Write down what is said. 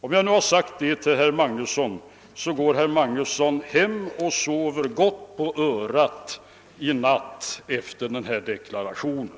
När jag nu har sagt detta till herr Magnusson så kan herr Magnusson gå hem och sova gott på örat i natt efter denna deklaration.